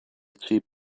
cheap